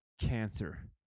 cancer